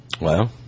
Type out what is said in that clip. Wow